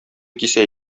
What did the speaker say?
кисә